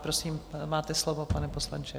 Prosím, máte slovo, pane poslanče.